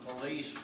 police